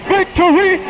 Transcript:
Victory